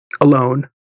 alone